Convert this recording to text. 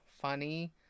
funny